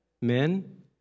men